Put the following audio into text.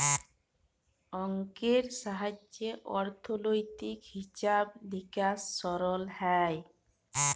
অংকের সাহায্যে অথ্থলৈতিক হিছাব লিকাস সরল হ্যয়